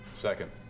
Second